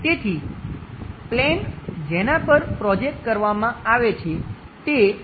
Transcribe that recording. તેથી પ્લેન જેના પર પ્રોજેક્ટ કરવામાં આવે છે તે આ છે